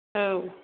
औ